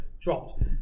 dropped